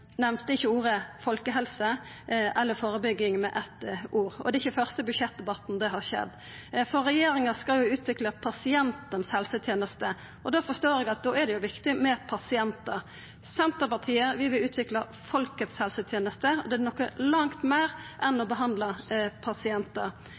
nemnde ikkje i sitt innlegg orda «folkehelse» eller «førebygging» med eitt ord, og det er ikkje i den første budsjettdebatten det har skjedd. Regjeringa skal utvikla pasientens helseteneste, og da forstår eg at det er viktig med pasientar. Senterpartiet vil utvikla folkets helseteneste, og det er noko langt meir enn